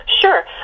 Sure